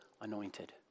anointed